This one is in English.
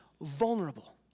vulnerable